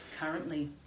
currently